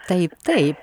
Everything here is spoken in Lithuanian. taip taip